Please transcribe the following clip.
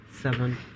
seven